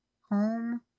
home